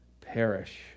perish